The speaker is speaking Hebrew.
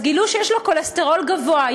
גילו שיש לו כולסטרול גבוה.